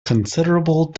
considerable